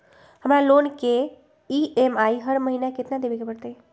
हमरा लोन के ई.एम.आई हर महिना केतना देबे के परतई?